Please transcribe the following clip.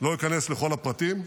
לא אכנס לכל הפרטים,